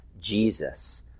jesus